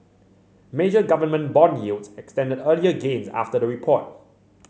major government bond yields extended earlier gains after the report